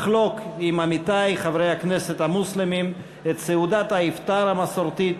לחלוק עם עמיתי חברי הכנסת המוסלמים את סעודת האיפטאר המסורתית,